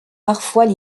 parfois